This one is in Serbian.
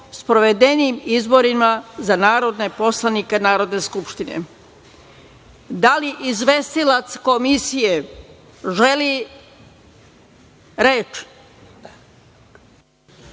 sprovedenim izborima za narodne poslanike Narodne skupštine. Da li izvestilac Komisije želi reč?